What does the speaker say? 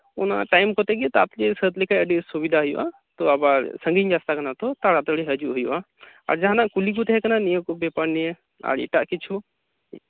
ᱚᱱᱟ ᱴᱟᱭᱤᱢ ᱠᱚᱛᱮᱜᱮ ᱛᱟᱨᱟ ᱛᱟᱲᱤ ᱥᱟᱹᱛ ᱞᱮᱠᱷᱟᱡ ᱟᱹᱰᱤ ᱥᱩᱵᱤᱫᱟ ᱦᱩᱭᱩᱜᱼᱟ ᱛᱚ ᱟᱵᱟᱨ ᱥᱟᱺᱜᱤᱧ ᱨᱟᱥᱛᱟ ᱠᱟᱱᱟ ᱛᱚ ᱛᱟᱲᱟᱛᱟᱲᱤ ᱦᱟᱡᱩᱜ ᱦᱩᱭᱩᱜᱼᱟ ᱟᱨ ᱡᱟᱦᱟᱱᱟᱜ ᱠᱩᱞᱤ ᱠᱚ ᱛᱟᱦᱮᱸ ᱠᱟᱱᱟ ᱱᱤᱭᱟᱹ ᱠᱚ ᱵᱮᱯᱟᱨ ᱱᱤᱭᱮ ᱟᱨ ᱮᱴᱟᱜ ᱠᱤᱪᱷᱩ